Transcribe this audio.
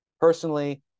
personally